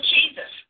Jesus